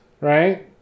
right